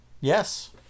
Yes